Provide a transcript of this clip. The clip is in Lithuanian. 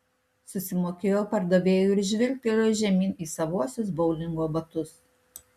susimokėjo pardavėjui ir žvilgtelėjo žemyn į savuosius boulingo batus